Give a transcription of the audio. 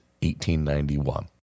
1891